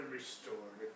Restored